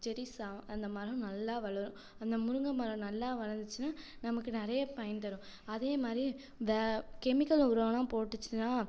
செடி ஸ்ஸா அந்த மரம் நல்லா வளரும் அந்த முருங்கை மரம் நல்லா வளர்ந்துச்சுன்னா நமக்கு நிறைய பயன் தரும் அதே மாதிரி வே கெமிக்கல் உரம் எல்லாம் போட்டுச்சுன்னால்